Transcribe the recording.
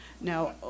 Now